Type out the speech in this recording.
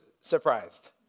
surprised